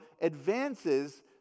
advances